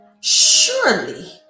surely